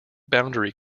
boundary